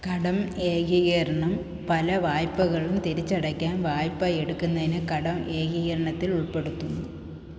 കടം ഏകീകരണം പല വായ്പ്പകളും തിരിച്ചടയ്ക്കാൻ വായ്പ്പ എടുക്കുന്നതിനു കടം ഏകീകരണത്തിലുൾപ്പെടുത്തുന്നു